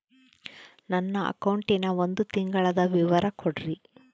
ನನ್ನ ಅಕೌಂಟಿನ ಒಂದು ತಿಂಗಳದ ವಿವರ ಕೊಡ್ರಿ?